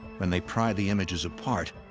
when they pry the images apart,